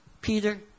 Peter